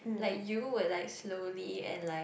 like you would like slowly and like